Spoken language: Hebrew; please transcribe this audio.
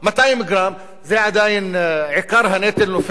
עדיין עיקר הנטל נופל על השכבות החלשות.